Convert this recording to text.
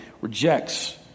rejects